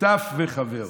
שותף וחבר.